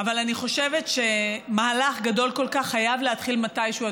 אבל אני חושבת שמהלך גדול כל כך חייב להתחיל מתישהו,